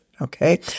okay